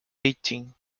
eighteen